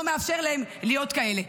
לא מאפשר להם להיות כאלה.